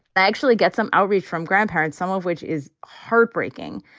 i actually get some outreach from grandparents, some of which is heartbreaking.